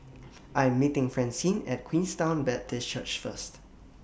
I Am meeting Francine At Queenstown Baptist Church First